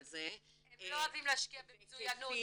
זה --- הם לא אוהבים להשקיע במצוינות.